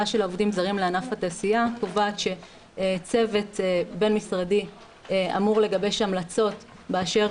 לענף התעשייה קובעת שצוות בין משרדי אמור לגבש המלצות באשר